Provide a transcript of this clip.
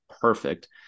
perfect